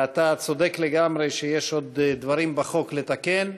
אתה צודק לגמרי שיש עוד דברים בחוק לתקן.